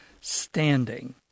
standing